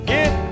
Get